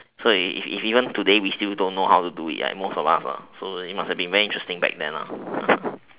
so if if even today we still don't know how to do it most of us so it must be very interesting back then